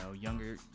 younger